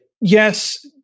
Yes